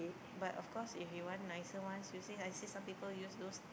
but of course if you want nicer ones you see I see some people use those